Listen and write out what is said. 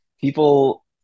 People